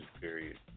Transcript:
period